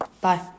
Bye